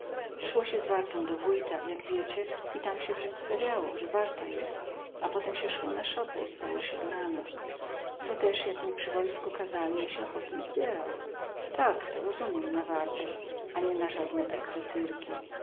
szło sie z wartą do wójta jak wiecie i tam sie przedstawiało że warta jest a potem sie szło na szopę i spało sie do rana to też jak mi przy wojsku kazali ja sie ochotnie zbierał tak to rozumiem na wartę a nie na żadne